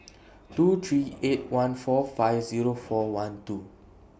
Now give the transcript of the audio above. two three eight one four five Zero four one two